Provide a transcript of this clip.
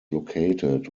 located